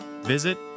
visit